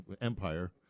empire